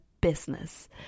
business